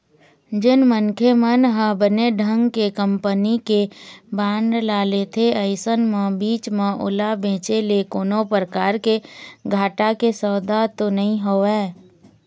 जेन मनखे मन ह बने ढंग के कंपनी के बांड ल लेथे अइसन म बीच म ओला बेंचे ले कोनो परकार के घाटा के सौदा तो नइ होवय